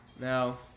Now